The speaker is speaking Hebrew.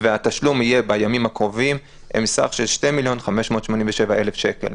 והתשלום יהיה בימים הקרובים שהם סך של 2 מיליון ו-587,000 שקל,